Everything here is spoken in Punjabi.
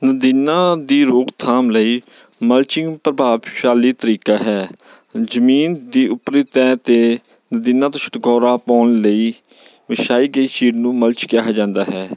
ਨਦੀਨਾਂ ਦੀ ਰੋਕਥਾਮ ਲਈ ਮਲਚਿੰਗ ਪ੍ਰਭਾਵਸ਼ਾਲੀ ਤਰੀਕਾ ਹੈ ਜ਼ਮੀਨ ਦੇ ਉਪਰਲੀ ਤਹਿ 'ਤੇ ਨਦੀਨਾਂ ਤੋਂ ਛੁਟਕਾਰਾ ਪਾਉਣ ਲਈ ਵਿਛਾਈ ਗਈ ਸ਼ੀਟ ਨੂੰ ਮਲਚ ਕਿਹਾ ਜਾਂਦਾ ਹੈ